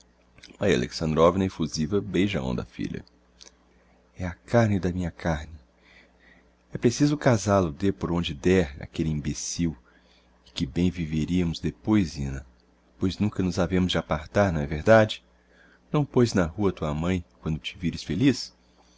filha é a carne da minha carne é preciso casál o dê por onde der áquelle imbecil e que bem viveriamos depois zina pois nunca nos havemos de apartar não é verdade não pões na rua tua mãe quando te vires feliz